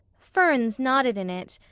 ferns nodded in it,